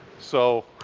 so,